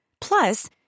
Plus